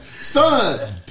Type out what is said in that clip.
son